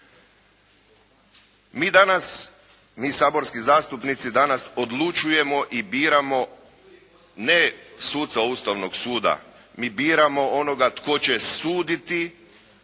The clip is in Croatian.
Mi danas, mi saborski zastupnici danas odlučujemo i biramo ne suca Ustavnog suda. Mi biramo onoga tko će suditi,